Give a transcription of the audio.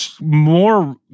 more